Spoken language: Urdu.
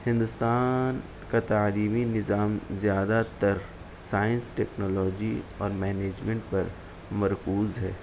ہندوستان کا تعلیمی نظام زیادہ تر سائنس ٹیکنالوجی اور مینجمنٹ پر مرکوز ہے